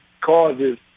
causes